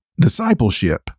discipleship